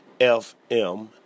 FM